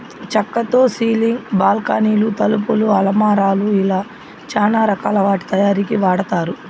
చక్కతో సీలింగ్, బాల్కానీలు, తలుపులు, అలమారాలు ఇలా చానా రకాల వాటి తయారీకి వాడతారు